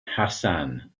hassan